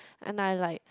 and I like